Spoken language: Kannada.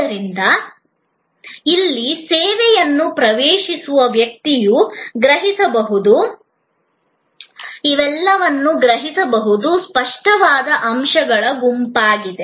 ಆದ್ದರಿಂದ ಇಲ್ಲಿ ಸೇವೆಯನ್ನು ಪ್ರವೇಶಿಸುವ ವ್ಯಕ್ತಿಯು ಗ್ರಹಿಸುವ ಎಲ್ಲವೂ ಇವೆಲ್ಲವೂ ಸ್ಪಷ್ಟವಾದ ಅಂಶಗಳ ಗುಂಪಾಗಿದೆ